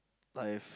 I've